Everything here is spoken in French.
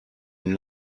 une